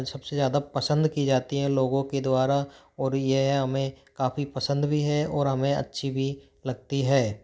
सब से ज़्यादा पसंद की जाती हैं लोगों के द्वारा और ये हमें काफ़ी पसंद भी है और हमें अच्छी भी लगती है